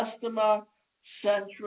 customer-centric